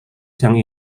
siang